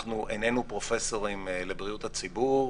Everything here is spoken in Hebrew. אנחנו איננו פרופסורים לבריאות הציבור,